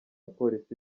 polisi